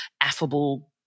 affable